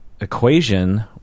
equation